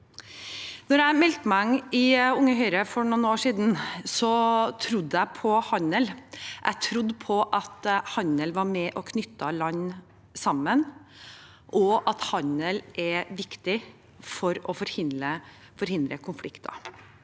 Da jeg meldte meg inn i Unge Høyre for noen år siden, trodde jeg på handel. Jeg trodde på at handel var med på å knytte land sammen, og at handel er viktig for å forhindre konflikter.